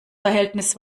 verhältnis